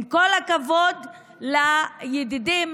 עם כל הכבוד לידידים,